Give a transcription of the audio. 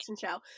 show